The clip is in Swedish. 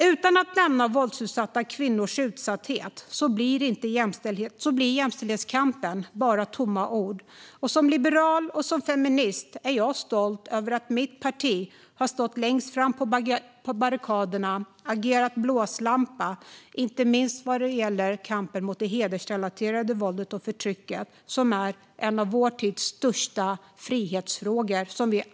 Utan att nämna våldsutsatta kvinnors utsatthet blir jämställdhetskampen bara tomma ord. Som liberal och feminist är jag stolt över att mitt parti har stått längst fram på barrikaderna och agerat blåslampa, inte minst vad gäller kampen mot det hedersrelaterade våldet och förtrycket. Det är en av vår tids största frihetsfrågor.